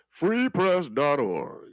Freepress.org